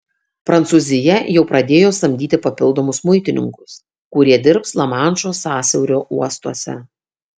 prancūzija jau pradėjo samdyti papildomus muitininkus kurie dirbs lamanšo sąsiaurio uostuose